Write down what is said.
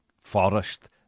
Forest